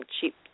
Cheap